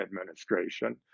administration